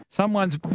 someone's